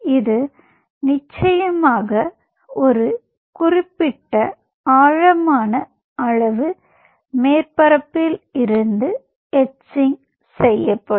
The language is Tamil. இது நிச்சயமாக குறிப்பிட்ட ஒரு ஆழமான அளவு மேற்பரப்பில் இருந்து எத்சிங் செய்யப்படும்